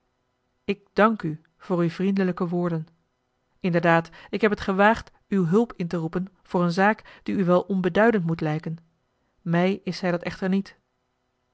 ik dank u voor uw vriendelijke woorden inderdaad ik heb het gewaagd uw hulp in te roepen voor een zaak die u wel onbeduidend moet lijken mij is zij dat echter niet